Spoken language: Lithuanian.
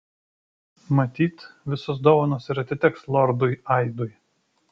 matyt visos dovanos ir atiteks lordui aidui